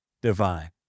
divine